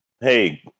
hey